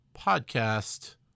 Podcast